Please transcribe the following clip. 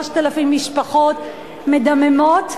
3,000 משפחות מדממות,